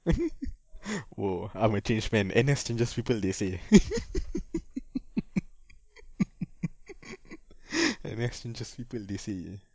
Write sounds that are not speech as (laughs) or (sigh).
(laughs) !wow! I'm a changed man N_S changes people they say (laughs) N_S changes people they say